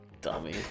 Dummy